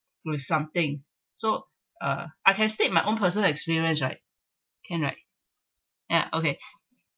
with something so uh I can state my own personal experience right can right ya okay